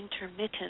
intermittent